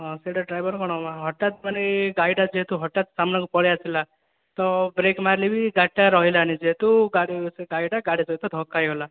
ହଁ ସେଇଟା ଡ୍ରାଇଭର କଣ ହେଲା ହଠାତ୍ ମାନେ ଗାଈ ଟା ଯେହେତୁ ହଠାତ୍ ସାମ୍ନା କୁ ପଳେଇ ଆସିଲା ତ ବ୍ରେକ ମାରିଲେବି ଗାଡ଼ି ଟା ରହିଲାନି ଯେହେତୁ ଗାଈ ଟା ଗାଡ଼ି ସହିତ ଧକା ହେଇଗଲା